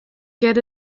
get